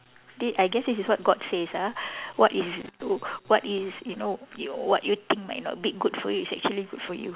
did I guess it is what god says ah what is w~ what is you know you what you think might not be good for you is actually good for you